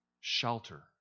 shelter